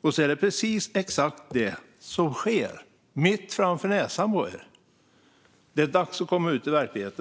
men det är exakt det som sker mitt framför näsan på er. Det är dags att komma ut i verkligheten.